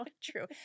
true